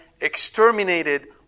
exterminated